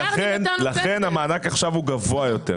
לכן המענק עכשיו הוא גבוה יותר.